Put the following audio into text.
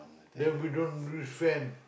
then we don't use fan